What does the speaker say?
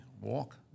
walk